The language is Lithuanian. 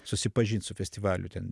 susipažint su festivalių ten